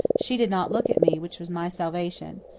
she did not look at me, which was my salvation.